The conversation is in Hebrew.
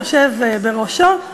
יושב בראשו,